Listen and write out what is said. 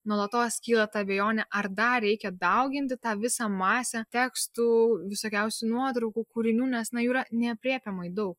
nuolatos kyla ta abejonė ar dar reikia dauginti tą visą masę tekstų visokiausių nuotraukų kūrinių nes na jų yra neaprėpiamai daug